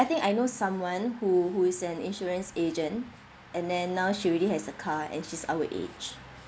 I think I know someone who who is an insurance agent and then now she already has a car and she's our age